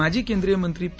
माजी केंद्रीय मंत्री पी